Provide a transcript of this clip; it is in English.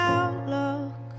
Outlook